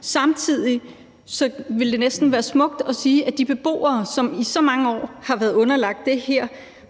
Samtidig ville det næsten være smukt, at de beboere, som i så mange år har været underlagt det her